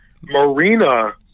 Marina